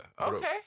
Okay